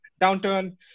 downturn